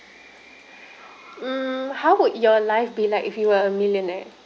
mm how would your life be like if you were a millionaire